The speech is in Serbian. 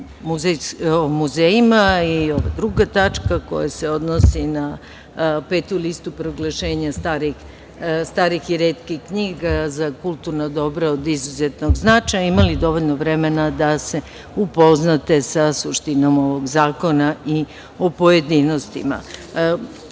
o muzejima i ova druga tačka koja se odnosi na petu listu proglašenja starih i retkih za kulturna dobra od izuzetnog značaja imali dovoljno da se upoznate sa suštinom ovog zakona i u pojedinostima. Trudiću